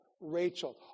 Rachel